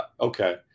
okay